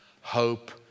hope